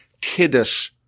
Kiddush